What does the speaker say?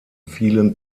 vielen